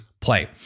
play